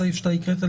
הסעיף שאתה הקראת,